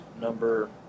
number